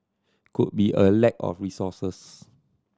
could be a lack of resources